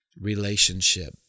relationship